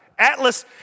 atlas